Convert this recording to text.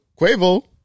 Quavo